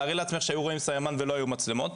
תארי לעצמך שהיו רואים סממן ולא היו מצלמות,